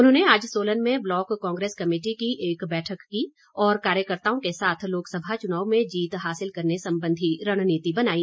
उन्होंने आज सोलन में ब्लॉक कांग्रेस कमेटी की एक बैठक की और कार्यकर्ताओं के साथ लोकसभा चुनाव में जीत हासिल करने संबंधी रणनीति बनाई